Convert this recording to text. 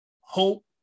hope